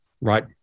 right